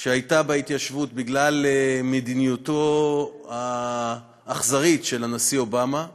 שהייתה בהתיישבות בגלל מדיניותו האכזרית של הנשיא אובמה נפסקה.